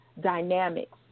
dynamics